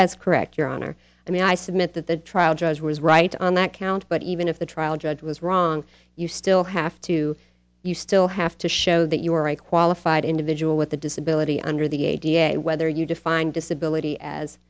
that's correct your honor i mean i submit that the trial judge was right on that count but even if the trial judge was wrong you still have to you still have to show that you are a qualified individual with a disability under the a da whether you define disability as